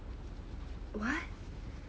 what